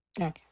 Okay